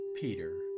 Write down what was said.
Peter